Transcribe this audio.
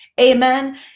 amen